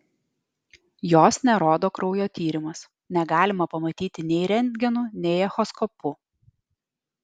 jos nerodo kraujo tyrimas negalima pamatyti nei rentgenu nei echoskopu